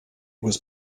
was